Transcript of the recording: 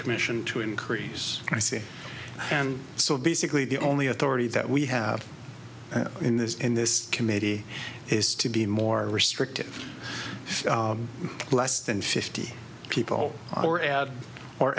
commission to increase prices and so basically the only authority that we have in this in this committee is to be more restrictive less than fifty people or add or